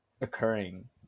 occurring